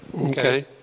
Okay